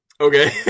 Okay